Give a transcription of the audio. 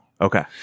Okay